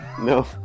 no